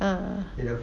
ah